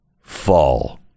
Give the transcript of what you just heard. fall